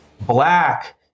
black